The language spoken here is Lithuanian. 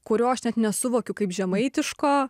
kurio aš net nesuvokiu kaip žemaitiško